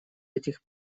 этих